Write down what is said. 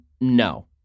no